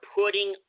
putting